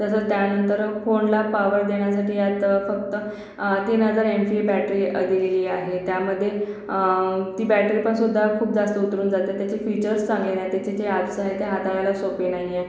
तसंच त्यानंतर फोनला पावर देण्यासाठी यात फक्त तीन हजार एम फी बॅटरी दिलेली आहे त्यामध्ये ती बॅटरी पण सुद्धा खूप जास्त उतरून जाते त्याचे फीचर्स चांगले नाही त्याचे जे ॲप्स आहे ते हाताळायला सोपे नाही आहे